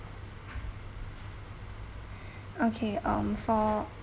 okay um for